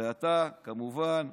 ואתה כמובן,